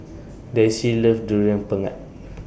Daisye loves Durian Pengat